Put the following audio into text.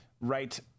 right